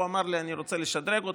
הוא אמר לי: אני רוצה לשדרג אותך,